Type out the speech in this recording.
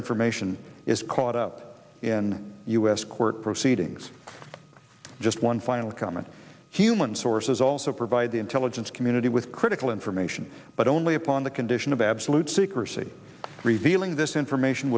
information is caught up in u s court proceedings just one final comment human sources also provide the intelligence community with critical information but only upon the condition of absolute secrecy revealing this information